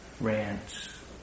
rants